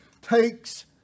takes